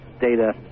data